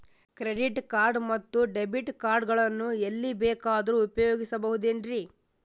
Credit card ಮತ್ತು debit card ಗಳನ್ನು ಎಲ್ಲಿ ಬೇಕಾದ್ರು ಉಪಯೋಗಿಸಬಹುದೇನ್ರಿ?